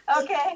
okay